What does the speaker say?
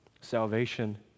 Salvation